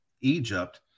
Egypt